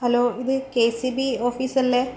hello ഇത് K C B ഓഫീസല്ലേ